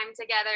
together